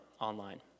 online